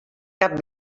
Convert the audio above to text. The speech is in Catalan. cap